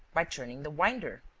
by turning the winder.